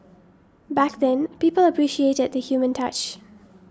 back then people appreciated the human touch